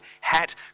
hat